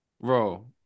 Bro